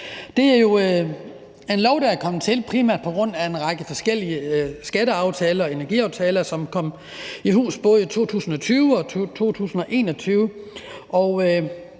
Det er jo en lov, der er kommet til primært på grund af en række forskellige skatteaftaler og energiaftaler, som kom i hus både i 2020 og 2021,